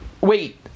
wait